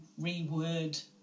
reword